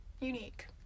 unique